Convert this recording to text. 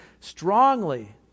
strongly